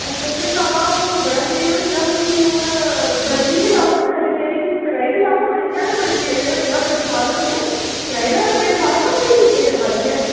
अच्छा ते तां हून बड़ा चिर होई दा फ्ही हून बदली गै लैओ हून रिपेअरिंग कराई गै लैओ हून इ'यां बी बडे़ चिर होई दा बड़े साल होई दे कराई लैओ रिपेअर बाथरूम बी लीकेज आवै दी ऐ